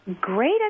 great